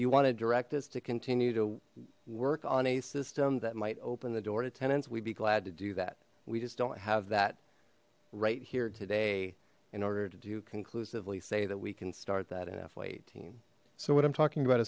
you wanted direct us to continue to work on a system that might open the door to tenants we'd be glad to do that we just don't have that right here today in order to do can cluesive lee say that we can start that in fy eighteen so what i'm talking about